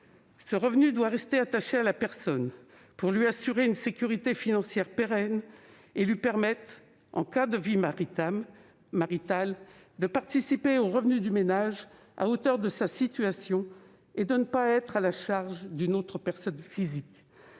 Ce revenu doit rester attaché à la personne pour lui assurer une sécurité financière pérenne et lui permettre, en cas de vie maritale, de participer aux revenus du ménage à hauteur de sa situation et de ne pas être à la charge d'une autre personne physique.